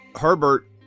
Herbert